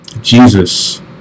Jesus